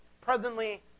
presently